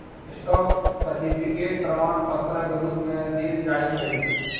stock certificate प्रमाण पत्रक रुप मे देल जाइ छै